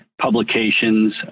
publications